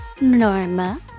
Norma